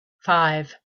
five